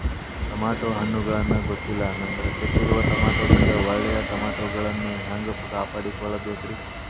Tomato ಹಣ್ಣುಗಳನ್ನ ಗೊತ್ತಿಲ್ಲ ನಂತರ ಕೆಟ್ಟಿರುವ ಟಮಾಟೊದಿಂದ ಒಳ್ಳೆಯ ಟಮಾಟೊಗಳನ್ನು ಹ್ಯಾಂಗ ಕಾಪಾಡಿಕೊಳ್ಳಬೇಕರೇ?